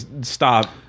stop